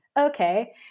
okay